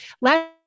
Last